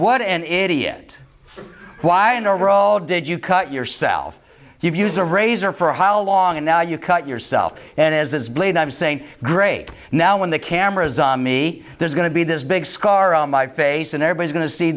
what an eighty it why and overall did you cut yourself you've used the razor for how long and now you cut yourself and as this blade i'm saying great now when the cameras on me there's going to be this big scar on my face and everybody's going to see